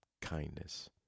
kindness